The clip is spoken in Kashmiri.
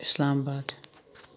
اِسلام آباد